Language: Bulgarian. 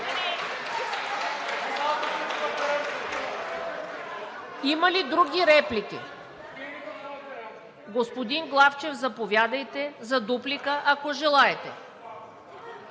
Има ли други реплики? Господин Главчев, заповядайте за дуплика, ако желаете.